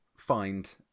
find